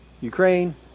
Ukraine